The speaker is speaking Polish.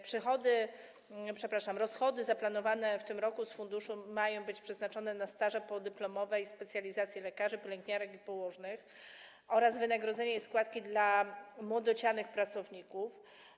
Przychody, przepraszam, rozchody zaplanowane w tym roku w funduszu mają być przeznaczone na staże podyplomowe i specjalizacje lekarzy, pielęgniarek i położnych oraz wynagrodzenie i składki dla młodocianych pracowników.